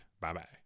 Bye-bye